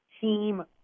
team